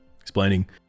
explaining